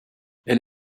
elle